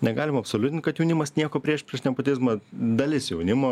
negalima absoliutint kad jaunimas nieko prieš prieš nepotizmą dalis jaunimo